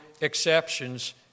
exceptions